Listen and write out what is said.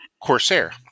Corsair